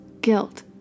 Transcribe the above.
guilt